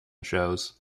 shows